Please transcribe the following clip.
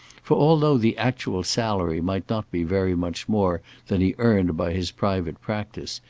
for although the actual salary might not be very much more than he earned by his private practice,